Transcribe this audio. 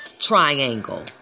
triangle